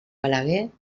balaguer